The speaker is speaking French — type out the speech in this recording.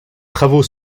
travaux